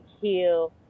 heal